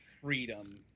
freedom